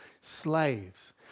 slaves